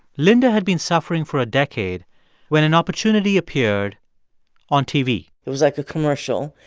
linda had been suffering for a decade when an opportunity appeared on tv it was like a commercial.